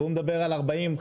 והוא מדבר על 40,000,